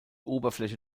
oberfläche